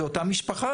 זו אותה משפחה.